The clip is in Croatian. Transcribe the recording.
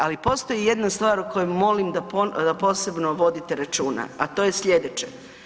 Ali postoji jedna stvar o kojoj molim da posebno vodite računa, a to je slijeće.